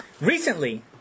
Recently